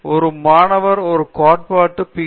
நிர்மலா ஒரு மாணவர் ஒரு கோட்பாட்டில் பி